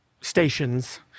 stations